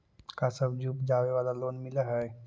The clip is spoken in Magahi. का सब्जी उपजाबेला लोन मिलै हई?